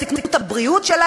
והם סיכנו את הבריאות שלהם,